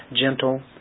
gentle